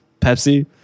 Pepsi